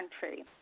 country